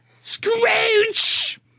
Scrooge